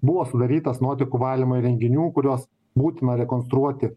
buvo sudarytas nuotekų valymo įrenginių kuriuos būtina rekonstruoti